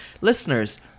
Listeners